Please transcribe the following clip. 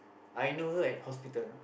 I know her at hospital